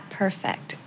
perfect